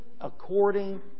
according